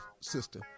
sister